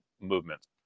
movements